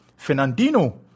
Fernandino